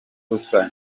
gusa